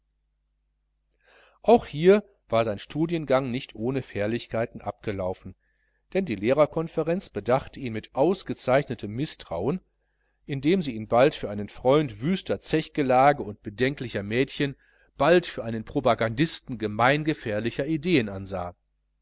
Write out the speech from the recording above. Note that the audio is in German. auch hier war sein studiengang nicht ohne fährlichkeiten abgelaufen denn die lehrerkonferenz bedachte ihn mit ausgezeichnetem mißtrauen indem sie ihn bald für einen freund wüster zechgelage und bedenklicher mädchen bald für einen propagandisten gemeingefährlicher ideen ansah